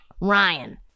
Ryan